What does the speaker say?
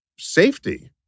Safety